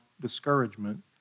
discouragement